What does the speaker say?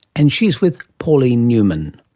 and she is with pauline newman.